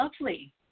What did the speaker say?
lovely